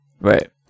Right